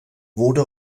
wurde